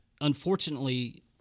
unfortunately